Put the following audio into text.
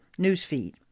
newsfeed